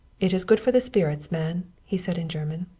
it is good for the spirits, man, he said in german.